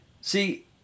See